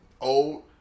old